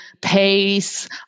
pace